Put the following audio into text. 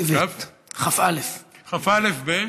כ"א ב-?